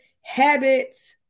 habits